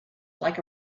like